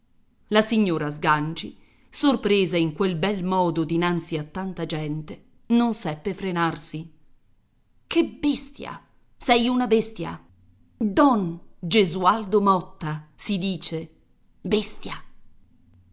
la signora sganci sorpresa in quel bel modo dinanzi a tanta gente non seppe frenarsi che bestia sei una bestia don gesualdo motta si dice bestia